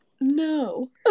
No